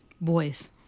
Boys